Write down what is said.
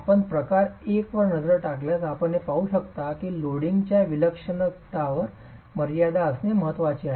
आपण प्रकार 1 वर नजर टाकल्यास आपण हे पाहू शकता की लोडिंगच्या विलक्षणपणावर मर्यादा असणे महत्वाचे आहे